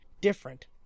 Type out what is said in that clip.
different